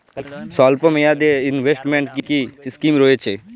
স্বল্পমেয়াদে এ ইনভেস্টমেন্ট কি কী স্কীম রয়েছে?